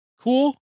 cool